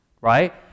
right